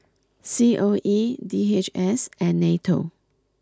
C O E D H S and Nato